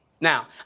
Now